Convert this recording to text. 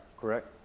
Correct